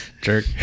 jerk